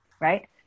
right